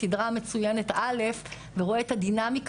בסדרה המצוינת 'אלף' ורואה את הדינמיקה